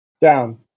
Down